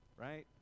right